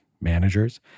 managers